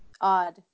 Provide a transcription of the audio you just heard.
odd